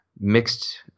mixed